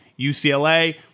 UCLA